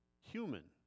human